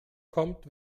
kommt